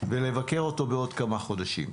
ולבקר אותו בעוד כמה חודשים.